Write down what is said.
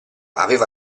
aveva